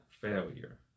failure